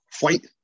white